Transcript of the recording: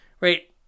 right